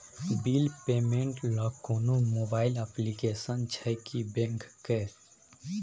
Bill payment ल कोनो mobile application छै की बैंक के?